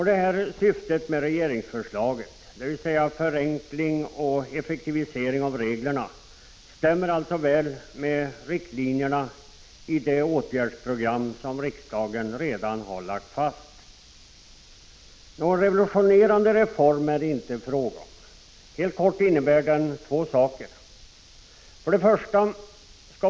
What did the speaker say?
Detta syfte med regeringsförslaget, dvs. förenkling och effektivisering av reglerna, stämmer alltså väl med riktlinjerna i det åtgärdsprogram som riksdagen redan har lagt fast. Någon revolutionerande reform är det inte fråga om. Helt kort innebär den två saker.